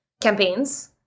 campaigns